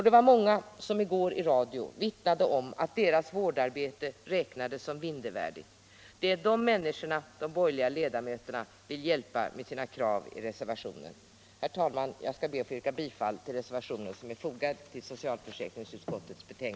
Det var många som i går i radio vittnade om att deras vårdarbete räknades som mindervärdigt. Det är de människorna som de borgerliga ledamöterna vill hjälpa med sina krav 1 reservationen.